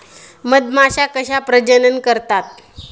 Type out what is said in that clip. मधमाश्या कशा प्रजनन करतात?